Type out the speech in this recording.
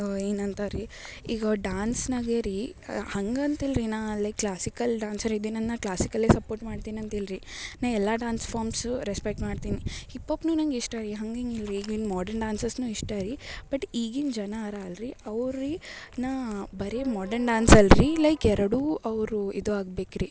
ಏನಂದ ರೀ ಈಗ ಡಾನ್ಸ್ನಾಗೆ ರೀ ಹಂಗಂತೀಲ್ರಿ ನಾ ಲೈಕ್ ಕ್ಲಾಸಿಕಲ್ ಡಾನ್ಸರೀ ಇದ್ದೆ ನನ್ನ ಕ್ಲಾಸಿಕಲ್ಗೆ ಸಪೋರ್ಟ್ ಮಾಡ್ತಿನಂತಿಲ್ರಿ ನಾ ಎಲ್ಲ ಡಾನ್ಸ್ ಫಾರ್ಮ್ಸ್ ರೆಸ್ಪೆಕ್ಟ್ ಮಾಡ್ತಿನಿ ಹಿಪಾಪ್ನು ನಂಗೆ ಇಷ್ಟ ರೀ ಹಂಗೆ ಹಿಂಗೆ ಇಲ್ರಿ ಹಿಂಗೆ ಮಾಡರ್ನ್ ಡ್ಯಾನ್ಸಸ್ ಇಷ್ಟ ರೀ ಬಟ್ ಈಗಿನ ಜನ ಅರ ಅಲ್ರಿ ಅವ್ರು ನಾ ಬರೀ ಮಾಡರ್ನ್ ಡಾನ್ಸ್ ಅಲ್ರಿ ಲೈಕ್ ಎರಡು ಅವರು ಇದಾಗ ಬೇಕ್ರಿ